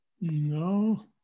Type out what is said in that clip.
No